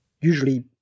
usually